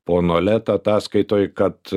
pono leta ataskaitoj kad